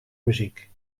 muziek